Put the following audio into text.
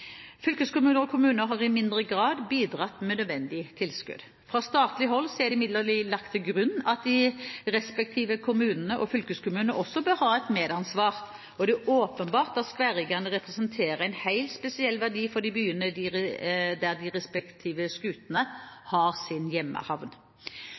Fylkeskommuner og kommuner har i mindre grad bidratt med nødvendig tilskudd. Fra statlig hold er det imidlertid lagt til grunn at de respektive kommunene og fylkeskommunene også bør ha et medansvar. Det er åpenbart at skværriggerne representerer en helt spesiell verdi for de byene der de respektive skutene har sin hjemmehavn.